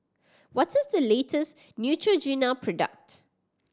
what is the latest Neutrogena product